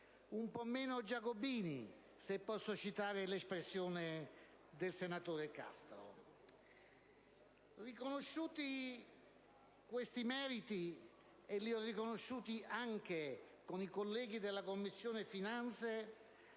un po' meno giacobini, se posso citare l'espressione del senatore Castro. Riconosciuti questi meriti, anche con i colleghi della Commissione finanze,